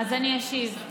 אני אשיב.